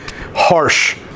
harsh